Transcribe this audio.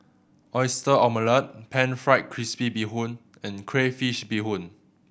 Oyster Omelette Pan Fried Crispy Bee Hoon and crayfish beehoon